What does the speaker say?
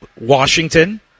Washington